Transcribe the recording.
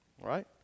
right